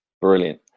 brilliant